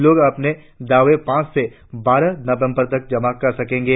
लोग अपने दावे पांच से बारह नवबंर तक जमा कर सकेंगे